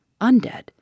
undead